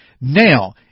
Now